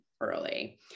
early